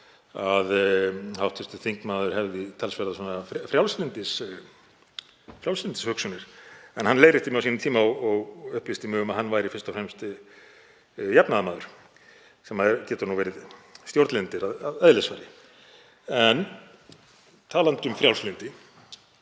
að hv. þingmaður hefði talsverðar frjálslyndishugsjónir. Hann leiðrétti mig á sínum tíma og upplýsti mig um að hann væri fyrst og fremst jafnaðarmaður en þeir geta nú verið stjórnlyndir að eðlisfari. Talandi um frjálslyndi